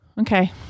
Okay